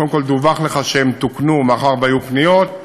קודם כול דווח לך שהם תוקנו מאחר שהיו פניות,